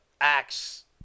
acts